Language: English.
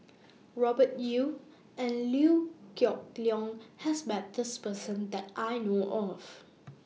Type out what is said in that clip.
Robert Yeo and Liew Geok Leong has Met This Person that I know of